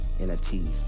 NFTs